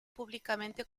públicamente